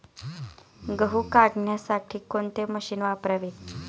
गहू काढण्यासाठी कोणते मशीन वापरावे?